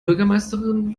bürgermeisterin